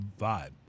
vibe